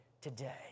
today